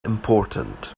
important